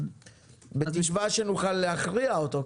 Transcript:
בתקווה שנוכל להכריע אותו.